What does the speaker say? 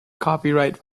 copyright